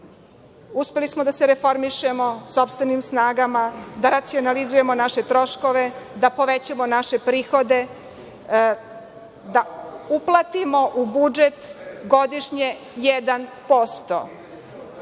Uspeli smo da se reformišemo sopstvenim snagama, da racionalizujemo naše troškove, da povećamo naše prihode, da uplatimo u budžet godišnje 1%.